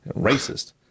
Racist